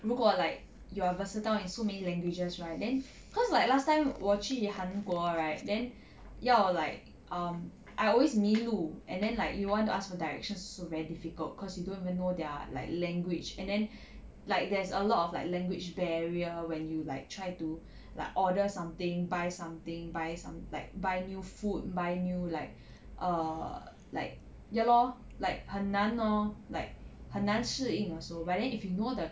如果 like you are versatile in so many languages right then cause like last time 我去韩国 right then 要 like um I always 迷路 and then like you want to ask for directions also very difficult cause you don't even know their like language and then like there's a lot of like language barrier when you like try to like order something buy something buy some like buy new food buy new like err like ya lor like 很难 lor like 很难适应 also but then if you know the